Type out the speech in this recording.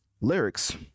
lyrics